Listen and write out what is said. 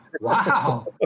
Wow